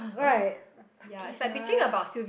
right lucky sia